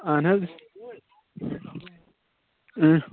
آہَن حظ إنٛہہ